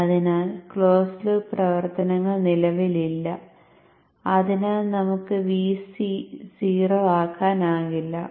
അതിനാൽ close loop പ്രവർത്തനങ്ങൾ നിലവിലില്ല അതിനാൽ നമുക്ക് Vc 0 ആക്കാനാകില്ല